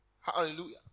Hallelujah